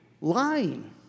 lying